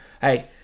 hey